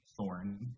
thorn